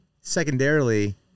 secondarily